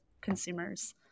consumers